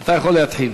אתה יכול להתחיל.